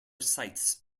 sites